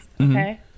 okay